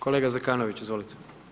Kolega Zekanović, izvolite.